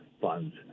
funds